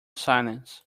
silence